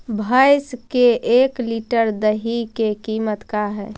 भैंस के एक लीटर दही के कीमत का है?